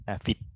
fit